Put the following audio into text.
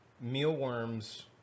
mealworms